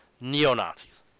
Neo-Nazis